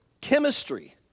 chemistry